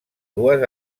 dues